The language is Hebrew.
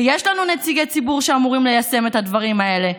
ויש לנו נציגי ציבור שאמורים ליישם את הדברים האלה.